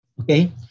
okay